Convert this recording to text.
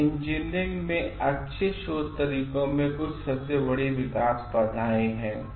ये इंजीनियरिंग में अच्छे शोध के तरीकों में से कुछ सबसे बड़ी बाधाएं हैं